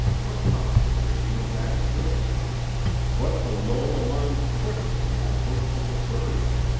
what caused the breaking of that twig what the low, alarmed twittering in that bushful of birds?